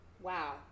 Wow